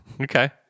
Okay